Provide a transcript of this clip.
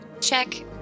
check